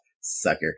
Sucker